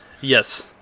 Yes